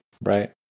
Right